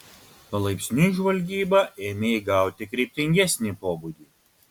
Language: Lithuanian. palaipsniui žvalgyba ėmė įgauti kryptingesnį pobūdį